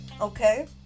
Okay